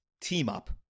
Team-Up